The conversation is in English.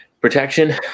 protection